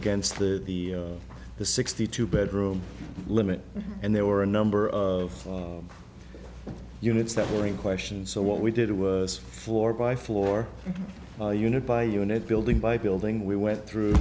against the the the sixty two bedroom limit and there were a number of units that were in question so what we did was floor by floor unit by unit building by building we went through